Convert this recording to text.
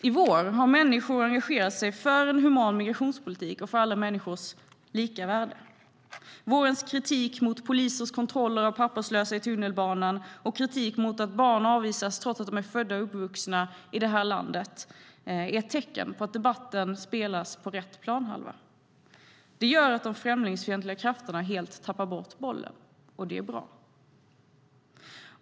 I vår har människor engagerat sig för en human migrationspolitik och för alla människors lika värde. Vårens kritik mot polisens kontroller av papperslösa i tunnelbanan och kritik mot att barn avvisas trots att de är födda och uppvuxna i detta land är ett tecken på att debatten spelas på rätt planhalva. Det gör att de främlingsfientliga krafterna helt tappar bort bollen. Och det är bra.